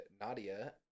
Nadia